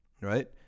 right